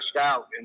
out